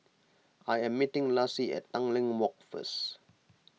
I am meeting Laci at Tanglin Walk first